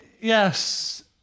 Yes